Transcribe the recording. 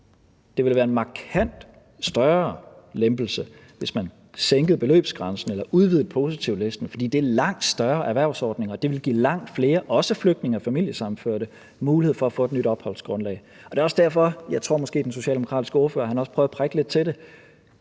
Det ville være en markant større lempelse, hvis man sænkede beløbsgrænsen eller udvidede positivlisten, for det er en langt større erhvervsordning, og det ville give langt flere, også flygtninge og familiesammenførte, mulighed for at få et nyt opholdsgrundlag. Det er også derfor, den socialdemokratiske ordfører prøvede at prikke lidt til det,